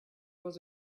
was